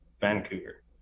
Vancouver